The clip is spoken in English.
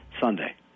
Sunday